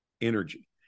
energy